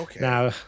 Now